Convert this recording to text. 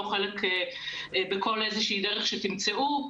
לא חלק בכל איזושהי דרך שתמצאו.